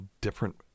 different